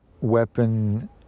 weapon